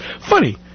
Funny